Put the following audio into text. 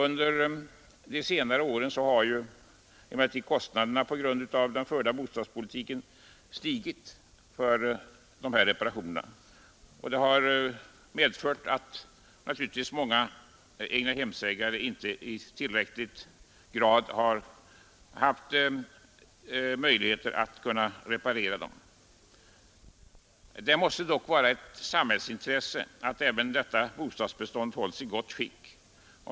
Under de senare åren har emellertid kostnaderna för reparationerna på grund av den förda bostadspolitiken stigit mycket, vilket medfört att många egnahemsägare icke har haft möjligheter att reparera i tillräcklig utsträckning. Det måste dock vara ett samhällsintresse att även detta bostadsbestånd hålls i gott skick.